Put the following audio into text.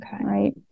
right